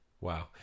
Wow